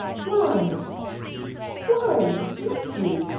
why why matthew,